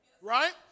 right